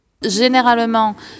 Généralement